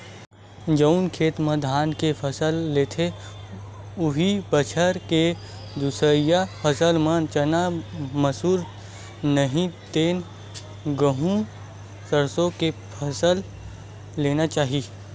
जउन खेत म धान के फसल लेथे, उहीं बछर के दूसरइया फसल म चना, मसूर, नहि ते गहूँ, सरसो के फसल लेना चाही